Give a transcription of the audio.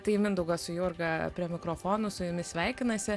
tai mindaugas su jurga prie mikrofonų su jumis sveikinasi